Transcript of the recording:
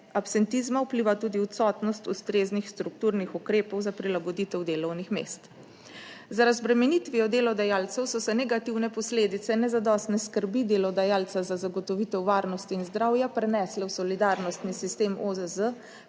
absentizma vpliva tudi odsotnost ustreznih strukturnih ukrepov za prilagoditev delovnih mest. Z razbremenitvijo delodajalcev so se negativne posledice nezadostne skrbi delodajalca za zagotovitev varnosti in zdravja prenesle v solidarnostni sistem OZZ,